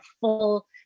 full